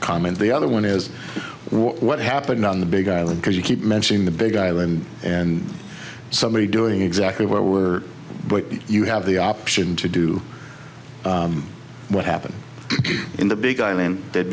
comment the other one is what what happened on the big island because you keep mentioning the big island and somebody doing exactly where were you have the option to do what happened in the big island th